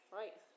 right